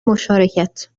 مشارکت